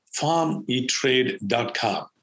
farmetrade.com